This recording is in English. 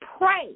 pray